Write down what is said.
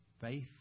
Faith